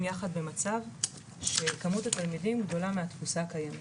יחד במצב שכמות התלמידים גדולה מהתפוסה הקיימת.